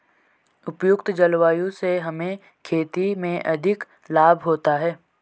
उपयुक्त जलवायु से हमें खेती में अधिक लाभ होता है